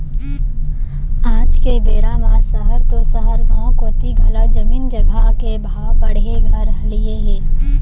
आज के बेरा म सहर तो सहर गॉंव कोती घलौ जमीन जघा के भाव हर बढ़े बर धर लिये हे